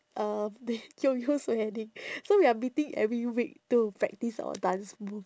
um you you's wedding so we are meeting every week to practise our dance move